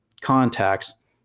contacts